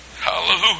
Hallelujah